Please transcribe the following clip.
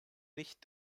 nicht